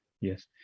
yes